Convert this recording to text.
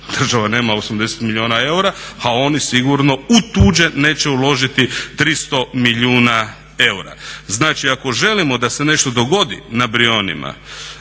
država nema 80 milijuna eura a oni sigurno u tuđe neće uložiti 300 milijuna eura. Znači ako želimo da se nešto dogodi na Brionima